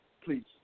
please